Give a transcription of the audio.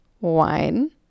wine